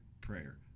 prayer